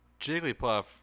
Jigglypuff